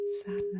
sadness